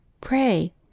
Pray